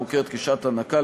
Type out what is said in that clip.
המוכרת כשעת הנקה,